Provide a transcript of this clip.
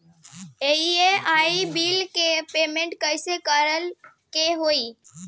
EMI bill के payment कइसे करे के होई?